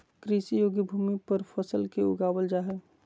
कृषि योग्य भूमि पर फसल के उगाबल जा हइ